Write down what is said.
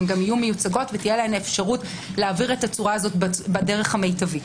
הן יהיו מיוצגות ותהיה להן אפשרות להעביר את הדהר הזה בדרך המיטבית.